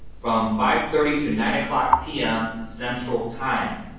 from five thirty to nine o'clock p m. central time.